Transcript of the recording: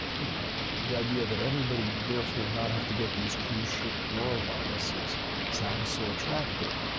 you know, the idea that everybody would therefore not have to get these cruise-ship noroviruses sounds so attractive.